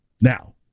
Now